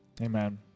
amen